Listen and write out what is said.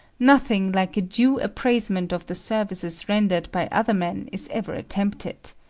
nothing like a due appraisement of the services rendered by other men is ever attempted.